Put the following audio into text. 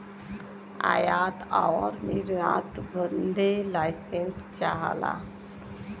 आयात आउर निर्यात बदे लाइसेंस चाहला